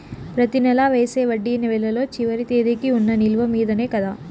ప్రతి నెల వేసే వడ్డీ నెలలో చివరి తేదీకి వున్న నిలువ మీదనే కదా?